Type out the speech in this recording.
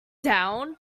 down